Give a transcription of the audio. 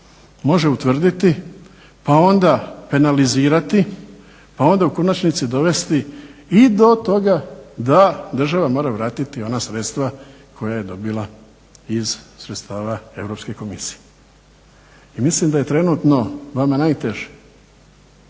može utvrditi, pa onda penalizirati, a onda u konačnici dovesti i do toga da država mora vratiti ona sredstva koja je dobila iz sredstava Europske komisije, i mislim da je trenutno vama najteže.